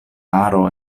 aro